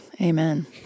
Amen